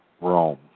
Rome